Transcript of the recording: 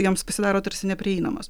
joms pasidaro tarsi neprieinamos